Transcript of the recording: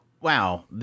wow